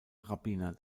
rabbiner